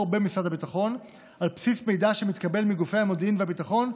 במשרד הביטחון על בסיס מידע שמתקבל מגופי המודיעין והביטחון,